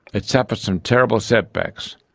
it suffered some terrible setbacks,